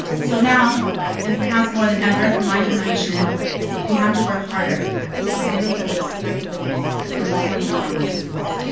so now and perhaps more than ever for my generation we have to work harder to examine the role that fear plays in the telling of our own truths